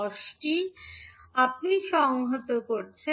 দশটি আপনি সংহত করছেন